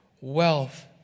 wealth